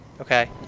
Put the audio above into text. Okay